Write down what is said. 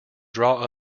draw